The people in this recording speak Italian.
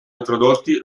introdotti